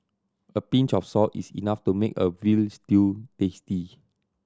a pinch of salt is enough to make a veal stew tasty